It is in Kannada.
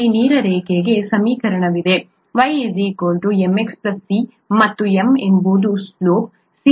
ಇಲ್ಲಿ ನೇರ ರೇಖೆಗೆ ಸಮೀಕರಣವಿದೆ y mx c ಮತ್ತು m ಎಂಬುದು ಸ್ಲೋಪ್ c ಎಂಬುದು ಇಂಟರ್ಸೆಪ್ಟ್ ಆಗಿದೆ